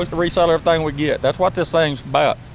like resell everything we get. that's what this thing's about.